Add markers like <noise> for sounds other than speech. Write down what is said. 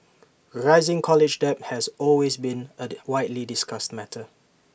rising college debt has always been A <noise> widely discussed matter